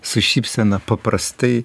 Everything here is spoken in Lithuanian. su šypsena paprastai